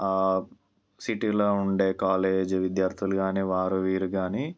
సిటీలో ఉండే కాలేజ్ విద్యార్థులు కాని వారు వీరు కాని